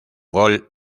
gol